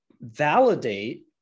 validate